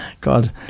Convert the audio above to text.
God